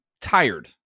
tired